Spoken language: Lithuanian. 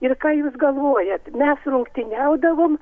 ir ką jūs galvojat mes rungtyniaudavom